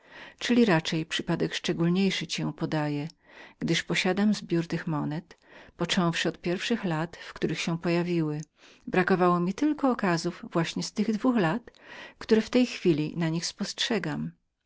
czyli raczej przypadek szczególniejszy ci ją podaje gdyż posiadam takowe sztuki z pierwszych lat w których się pojawiły i tylko brakowało mi z dwóch tych lat które w tej chwili na nich spostrzegam